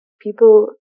People